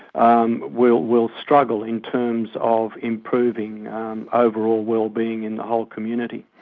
um will will struggle in terms of improving overall wellbeing in the whole community.